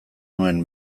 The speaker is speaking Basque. nuen